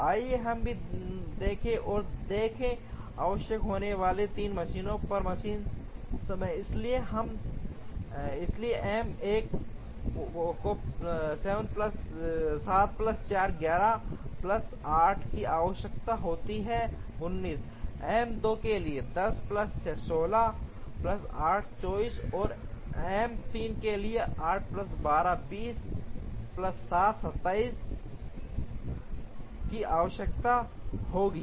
आइए हम भी देखें और देखें आवश्यक होने वाली 3 मशीनों पर मशीन समय इसलिए एम 1 को 7 प्लस 4 11 प्लस 8 की आवश्यकता होती है19 एम 2 के लिए 10 प्लस 6 16 प्लस 8 24 और एम 3 के लिए 8 प्लस 12 20 प्लस 7 27 की आवश्यकता होती है